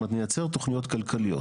זאת אומרת נייצר תוכניות כלכליות.